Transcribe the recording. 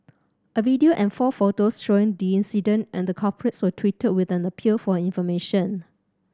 a video and four photos showing the incident and the culprits were tweeted with an appeal for information